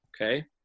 Okay